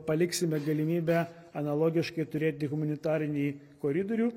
paliksime galimybę analogiškai turėti humanitarinį koridorių